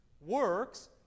Works